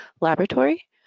Laboratory